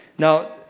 Now